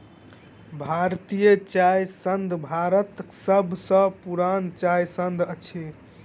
भारतीय चाय संघ भारतक सभ सॅ पुरान चाय संघ अछि